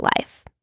life